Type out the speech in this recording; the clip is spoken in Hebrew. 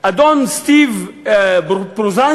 אדון סטיב פרוזנסקי,